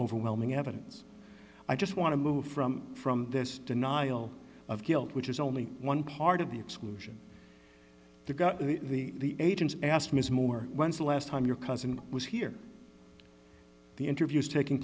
overwhelming evidence i just want to move from from this denial of guilt which is only one part of the exclusion the got the agents asked ms moore when's the last time your cousin was here the interview is taking